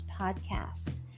Podcast